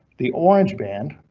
the orange band.